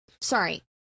sorry